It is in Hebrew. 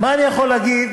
מה אני יכול להגיד?